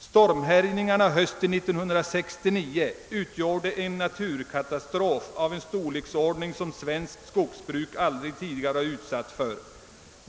Stormhärjningarna hösten 1969 utgjorde en naturkatastrof av en storleksordning som svenskt skogsbruk aldrig tidigare varit utsatt för.